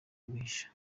kubihisha